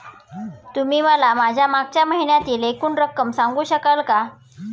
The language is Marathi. तुम्ही मला माझ्या मागच्या महिन्यातील एकूण रक्कम सांगू शकाल का?